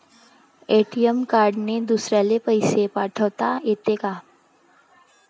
ATM कार्डने दुसऱ्याले पैसे पाठोता येते का?